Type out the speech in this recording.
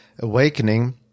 Awakening